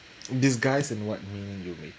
disguise in what meaning you mean